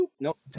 Nope